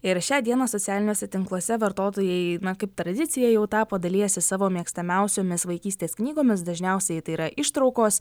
ir šią dieną socialiniuose tinkluose vartotojai kaip tradicija jau tapo dalijasi savo mėgstamiausiomis vaikystės knygomis dažniausiai tai yra ištraukos